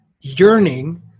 yearning